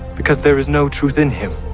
because there is no truth in him.